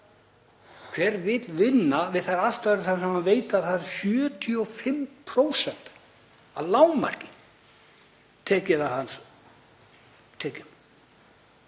Hver vill vinna við aðstæður þar sem hann veit að það eru 75% að lágmarki tekin af hans tekjum?